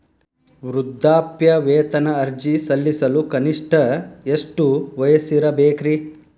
ವೃದ್ಧಾಪ್ಯವೇತನ ಅರ್ಜಿ ಸಲ್ಲಿಸಲು ಕನಿಷ್ಟ ಎಷ್ಟು ವಯಸ್ಸಿರಬೇಕ್ರಿ?